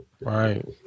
Right